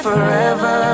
Forever